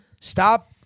Stop